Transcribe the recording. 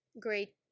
great